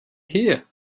here